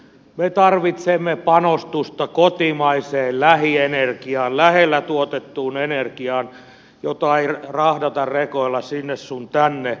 me tarvitsemme panostusta kotimaiseen lähienergiaan lähellä tuotettuun energiaan jota ei rahdata rekoilla sinne sun tänne